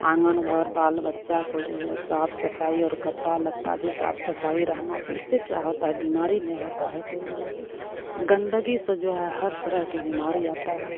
आँगन घर बाल बच्चा को जो है ई साफ सफाई और कपड़ा लत्ता भी साफ सफाई रखना चाहिए इससे क्या होता है बीमारी नहीं होती है कोई वजह से गंदगी से जो है हर तरह की बीमारी आती है